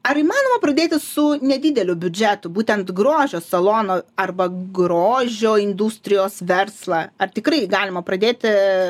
ar įmanoma pradėti su nedideliu biudžetu būtent grožio salono arba grožio industrijos verslą ar tikrai galima pradėti